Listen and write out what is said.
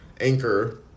Anchor